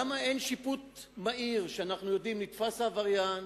למה אין שיפוט מהיר, שאנחנו יודעים שנתפס עבריין,